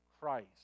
Christ